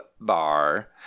bar